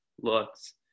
looks